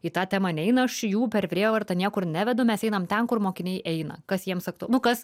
į tą temą neina aš jų per prievartą niekur nevedu mes einam ten kur mokiniai eina kas jiems aktualu nu kas